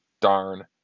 darn